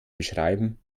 beschreiben